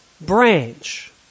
Branch